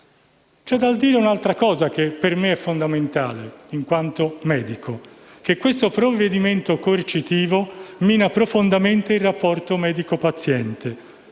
C'è da dire un'altra cosa per me fondamentale, in quanto medico. Questo provvedimento coercitivo mina profondamente il rapporto tra medico e paziente,